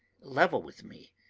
level with me,